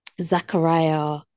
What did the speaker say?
Zachariah